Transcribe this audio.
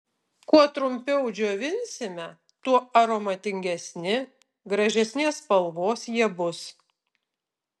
kuo trumpiau džiovinsime tuo aromatingesni gražesnės spalvos jie bus